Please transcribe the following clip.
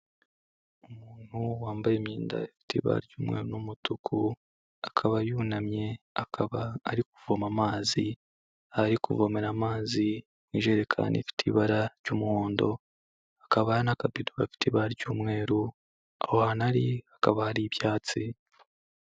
Umuntu wambaye imyenda ifite ibara ry'umweru n'umutuku akaba yunamye, akaba ari kuvoma amazi, ari kuvomera amazi mu ijerekani ifite ibara ry'umuhondo, hakaba hari n'akabido gafite ibara ry'umweru, aho hantu ari hakaba hari ibyatsi.